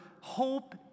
Hope